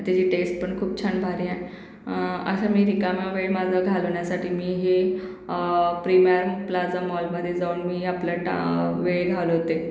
त्याची टेस्टपण खूप छान भारी आहे असा मी रिकामा वेळ माझा घालवण्यासाठी मी हे प्रीमॅन प्लाजा मॉलमधे जाऊन मी आपला टा वेळ घालवते